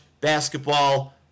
basketball